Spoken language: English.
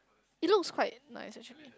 it looks quite nice actually